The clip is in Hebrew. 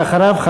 ואחריו,